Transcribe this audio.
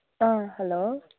ꯑꯥ hello